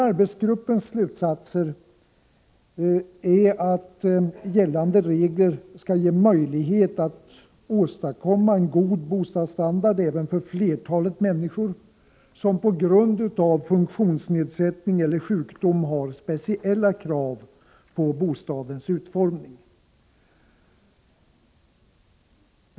Arbetsgruppens slutsatser är att gällande regler skall ge möjlighet att åstadkomma en god bostadsstandard även för flertalet människor som på grund av funktionsnedsättning eller sjukdom har speciella krav på bostadens utformning.